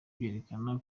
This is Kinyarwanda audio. byerekana